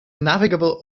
navigable